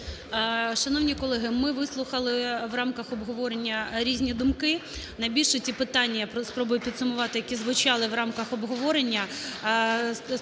Шановні колеги, ми вислухали в рамках обговорення різні думки. Найбільше ті питання я спробую підсумувати, які звучали в рамках обговорення, стосувалися